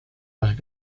las